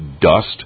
dust